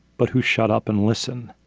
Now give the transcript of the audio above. but who shut up and listen.